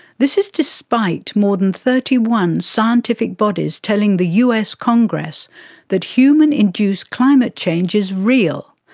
this is despite more than thirty one scientific bodies telling the us congress that human induced climate change is real.